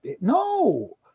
No